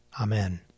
Amen